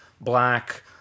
black